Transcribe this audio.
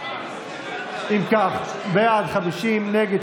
קבוצת סיעת יהדות התורה וקבוצת סיעת